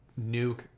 nuke